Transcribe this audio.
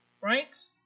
right